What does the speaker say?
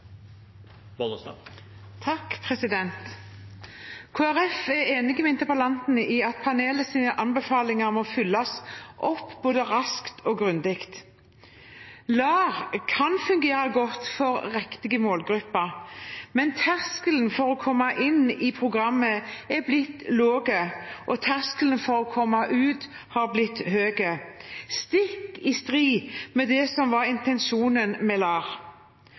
enig med interpellanten i at panelets anbefalinger må følges opp både raskt og grundig. LAR kan fungere godt for riktige målgrupper, men terskelen for å komme inn i programmet er blitt lav, og terskelen for å komme ut er blitt høy – stikk i strid med det som var intensjonen med LAR.